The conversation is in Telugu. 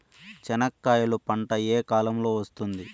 చెనక్కాయలు పంట ఏ కాలము లో వస్తుంది